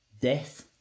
Death